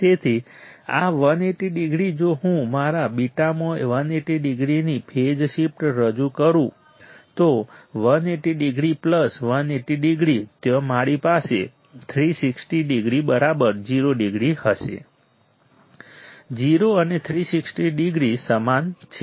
તેથી આ 180 ડિગ્રી જો હું મારા β માં 180 ડિગ્રીની ફેઝ શિફ્ટ રજૂ કરું તો 180 ડિગ્રી પ્લસ 180 ડિગ્રી ત્યાં મારી 360 ડિગ્રી બરાબર 0 ડિગ્રી હશે 0 અને 360 ડિગ્રી સમાન છે